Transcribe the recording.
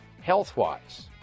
health-wise